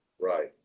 Right